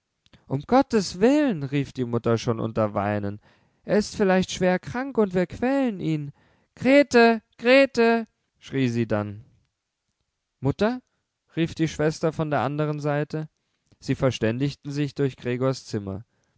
um gottes willen rief die mutter schon unter weinen er ist vielleicht schwerkrank und wir quälen ihn grete grete schrie sie dann mutter rief die schwester von der anderen seite sie verständigten sich durch gregors zimmer